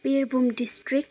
Birbhum district